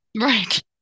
Right